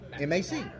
M-A-C